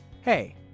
Hey